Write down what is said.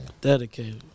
Dedicated